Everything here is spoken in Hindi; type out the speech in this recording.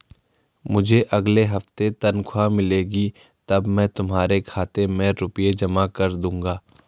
मुझे अगले हफ्ते तनख्वाह मिलेगी तब मैं तुम्हारे खाते में रुपए जमा कर दूंगा